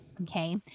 Okay